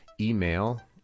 email